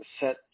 set